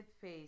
face